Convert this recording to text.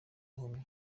bihumyo